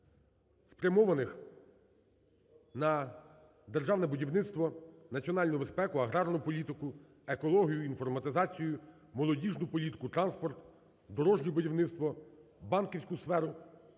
спрямовані на державне будівництво, національну безпеку, аграрну політику, екологію, інформатизацію, молодіжну політику, транспорт, дорожнє будівництво, банківську сферу.